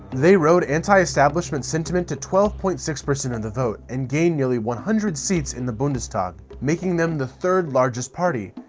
they rode anti-establishment sentiment to twelve point six of and the vote and gained nearly one hundred seats in the bundestag, making them the third largest party,